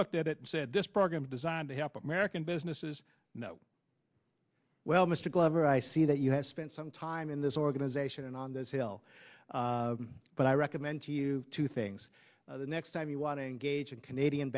looked at it and said this program is designed to help american businesses know well mr glover i see that you have spent some time in this organization and on this hill but i recommend to you two things the next time you want to engage in canadian